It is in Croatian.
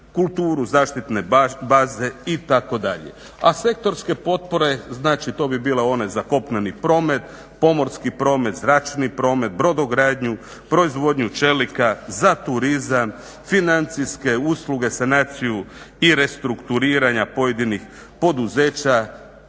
Kulturu, zaštitne baze itd. A sektorske potpore znači to bi bile one za kopneni promet, pomorski promet, zračni promet, brodogradnju, proizvodnju čelika, za turizam, financijske usluge, sanaciju i restrukturiranja pojedinih poduzeća